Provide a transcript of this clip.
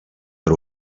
per